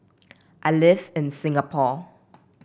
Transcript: I live in Singapore